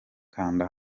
kanda